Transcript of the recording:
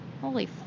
Holy